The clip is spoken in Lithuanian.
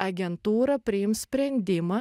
agentūra priims sprendimą